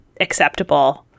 acceptable